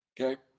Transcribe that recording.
Okay